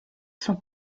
son